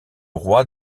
roi